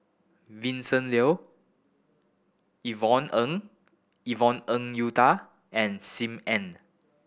Vincent Leow Yvonne Ng Yvonne Ng Uhde and Sim Ann